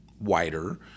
wider